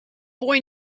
boy